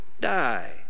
die